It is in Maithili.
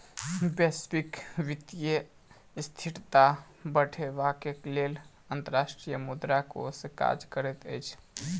वैश्विक वित्तीय स्थिरता बढ़ेबाक लेल अंतर्राष्ट्रीय मुद्रा कोष काज करैत अछि